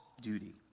duty